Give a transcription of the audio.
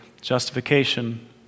justification